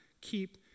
Keep